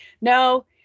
no